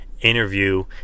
interview